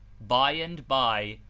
by and by,